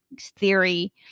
theory